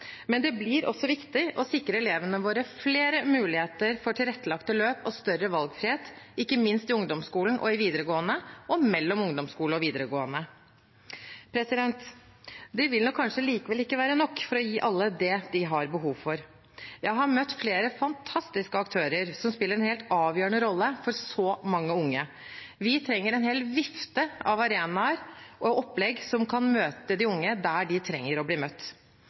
men det blir også viktig å sikre elevene våre flere muligheter for tilrettelagte løp og større valgfrihet – ikke minst i ungdomsskolen og i videregående, og mellom ungdomsskole og videregående. Det vil nok kanskje likevel ikke være nok for å gi alle det de har behov for. Jeg har møtt flere fantastiske aktører som spiller en helt avgjørende rolle for så mange unge. Vi trenger en hel vifte av arenaer og opplegg som kan møte de unge der de trenger å bli møtt.